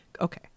Okay